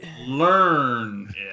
learn